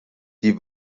die